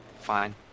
Fine